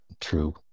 true